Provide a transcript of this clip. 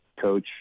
coach